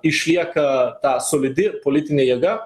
išlieka ta solidi politinė jėga